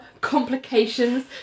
Complications